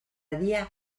dia